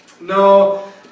No